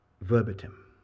verbatim